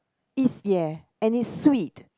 if ya any sweet